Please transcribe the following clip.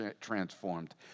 transformed